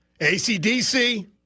ACDC